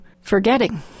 forgetting